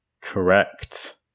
Correct